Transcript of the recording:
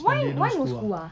why why no school ah